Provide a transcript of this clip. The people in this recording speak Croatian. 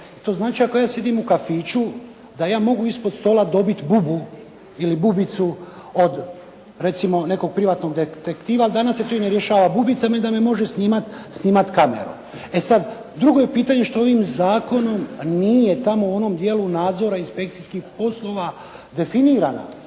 To znači, ako ja sjedim u kafiću da ja mogu ispod stola dobiti bubu ili bubicu od recimo nekog privatnog detektiva. Danas se to ne rješava bubicom, već da me može snimati kamerom. E sad, drugo je pitanje što ovim zakonom nije tamo u onom dijelu nadzora inspekcijskih poslova definirano